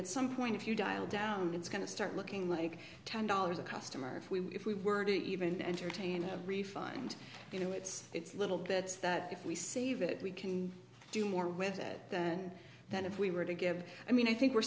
it some point if you dial down it's going to start looking like ten dollars a customer if we if we were to even entertain a refund you know it's it's a little bits that if we save it we can do more with it than that if we were to give i mean i think we're